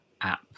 app